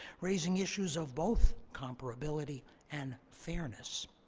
raising issues of both comparability and fairness.